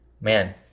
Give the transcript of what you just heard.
man